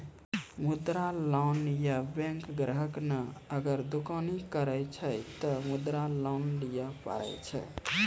मुद्रा लोन ये बैंक ग्राहक ने अगर दुकानी करे छै ते मुद्रा लोन लिए पारे छेयै?